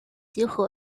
集合